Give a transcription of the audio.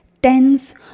tens